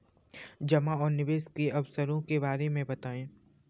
जमा और निवेश के अवसरों के बारे में बताएँ?